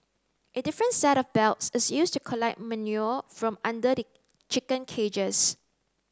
a different set of belts is used to collect manure from under the chicken cages